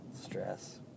stress